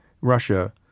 Russia